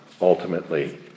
ultimately